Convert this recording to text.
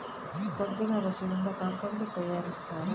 ಕಬ್ಬಿಣ ರಸದಿಂದ ಕಾಕಂಬಿ ತಯಾರಿಸ್ತಾರ